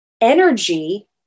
energy